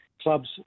clubs